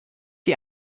die